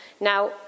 Now